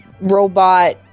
robot